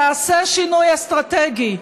תעשה שינוי אסטרטגי.